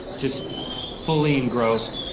just fully engrossed.